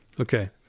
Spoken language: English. Okay